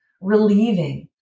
relieving